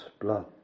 blood